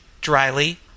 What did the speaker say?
dryly